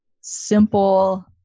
simple